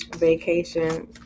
vacation